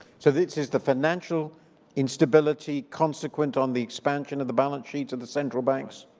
so this is the financial instability consequent on the expansion of the balance sheet of the central banks?